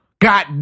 God